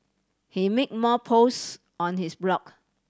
he made more posts on his blog